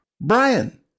Brian